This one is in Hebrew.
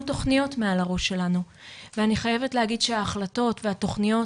תוכניות מעל הראש שלנו ואני חייבת להגיד שההחלטות והתוכניות